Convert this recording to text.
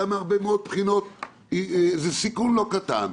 גם מהרבה מאוד בחינות זה סיכון לא קטן.